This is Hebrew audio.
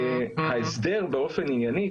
ההסדר באופן ענייני,